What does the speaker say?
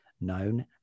known